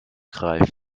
greift